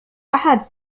أحد